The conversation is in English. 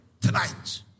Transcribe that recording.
tonight